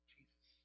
Jesus